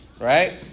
right